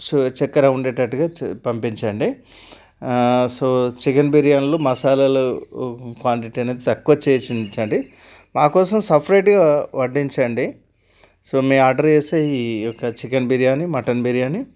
so చక్కెర ఉండేటట్టుగా చ పంపించండి సో చికెన్ బిర్యానీలు మసాలాలు క్వాంటిటీ అనేది తక్కువ చేసి ఉంచండి మాకోసం సపరేట్గా వడ్డించండి సో మేము ఆర్డర్ చేసే ఈ యొక్క చికెన్ బిర్యానీ మటన్ బిర్యానీ